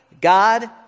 God